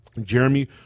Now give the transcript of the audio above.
Jeremy